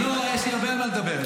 יש לי הרבה על מה לדבר.